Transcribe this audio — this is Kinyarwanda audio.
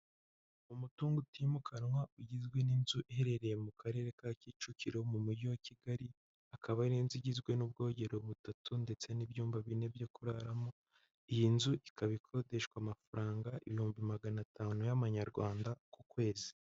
Umutungo utimukanwa ugizwe n'inzu iherereye mu Karere ka Kicukiro mu mujyi wa Kigali, akaba ari inzu igizwe n'ubwogero butatu ndetse n'ibyumba bine byo kuraramo, iyi nzu ikaba ikodeshwa amafaranga ibihumbi magana atanu y'amanyarwanda ku kwezi.